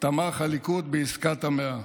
תמך הליכוד בעסקת המאה.